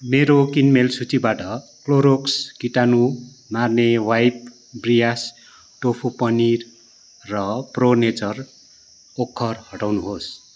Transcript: मेरो किनमेल सूचीबाट क्लोरोक्स कीटाणु मार्ने वाइप ब्रियास टोफू पनिर र प्रो नेचर ओखर हटाउनुहोस्